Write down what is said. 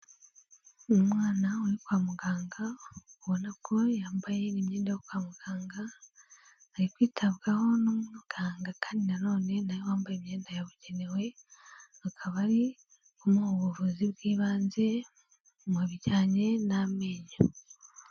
Umwana uri kwa muganga, ubona ko yambaye imyenda yo kwa muganga, ari kwitabwaho n'umuganga kandi nanone na we wambaye imyenda yabugenewe, akaba ari kumuha ubuvuzi bw'ibanze mu bijyanye n'amenyo.